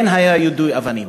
כן היה יידוי אבנים.